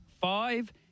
Five